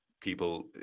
people